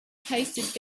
tasted